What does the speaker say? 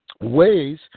ways